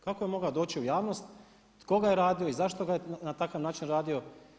Kako je mogao doći u javnost, tko ga je radio i zašto ga je na takav način radio?